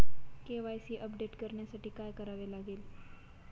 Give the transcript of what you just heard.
KYC update करण्यासाठी काय करावे लागेल?